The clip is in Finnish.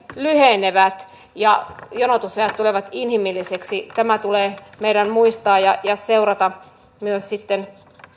lyhenevät ja jonotusajat tulevat inhimilliseksi tämä tulee meidän muistaa ja seurata myös sitten